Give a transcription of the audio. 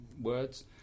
words